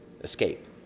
escape